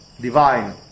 divine